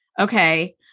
Okay